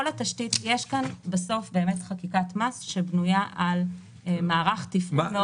יש כאן חקיקת מס שבנויה על מערך תפעול גדול מאוד.